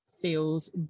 feels